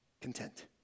content